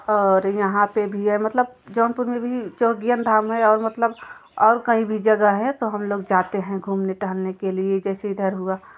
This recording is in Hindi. और यहाँ पर भी है मतलब जौनपुर में भी चौकिया धाम है और मतलब और कहीं भी जगह है तो हम लोग जाते हैं घूमने टहलने के लिए जैसे इधर हुआ